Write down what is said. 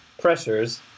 pressures